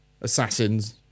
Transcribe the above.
assassins